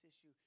issue